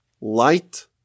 light